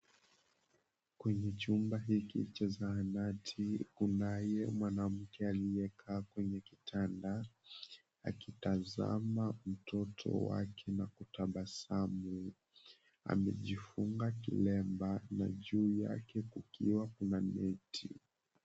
Kwenye chumba hiki cha zahanati kunaye mwanamke aliyekaa kwenye kitanda akitazama mtoto wake na kutabasamu. Amejifunga kilemba na juu yake kukiwa kuna neti.